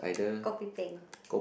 kopi peng